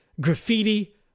graffiti